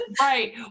Right